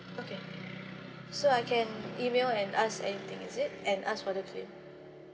okay so I can email and ask anything is it and ask for the claim